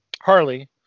harley